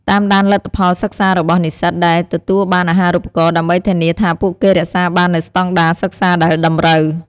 តាមដានលទ្ធផលសិក្សារបស់និស្សិតដែលទទួលបានអាហារូបករណ៍ ដើម្បីធានាថាពួកគេរក្សាបាននូវស្តង់ដារសិក្សាដែលតម្រូវ។